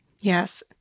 yes